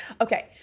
Okay